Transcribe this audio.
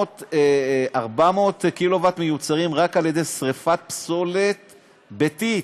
400 קילוואט מיוצרים רק על ידי שרפת פסולת בטיט.